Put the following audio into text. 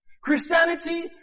Christianity